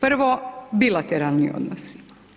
Prvo, bilateralni odnosi.